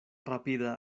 rapida